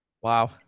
Wow